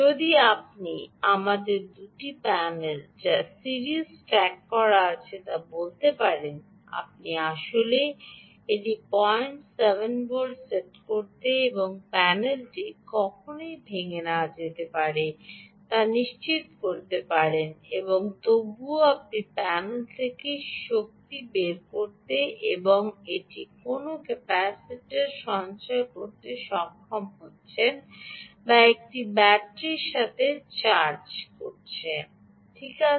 যদি আপনি আমাদের দুটি প্যানেল যা সিরিজে স্ট্যাক করা আছে তা বলতে পারেন আপনি আসলে এটি 07 ভোল্টে সেট করতে এবং প্যানেলটি কখনই ভেঙে না যেতে পারে তা নিশ্চিত করতে পারেন এবং তবুও আপনি প্যানেল থেকে শক্তি বের করতে এবং এটি কোনও ক্যাপাসিটারে সঞ্চয় করতে সক্ষম হচ্ছেন বা একটি ব্যাটারি মধ্যে চার্জ সঞ্চয় করতে সক্ষম হচ্ছেন ঠিক আছে